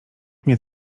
mnie